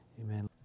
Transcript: Amen